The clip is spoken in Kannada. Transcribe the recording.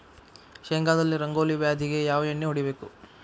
ಶೇಂಗಾದಲ್ಲಿ ರಂಗೋಲಿ ವ್ಯಾಧಿಗೆ ಯಾವ ಎಣ್ಣಿ ಹೊಡಿಬೇಕು?